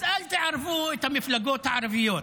אז אל תערבו את המפלגות הערביות.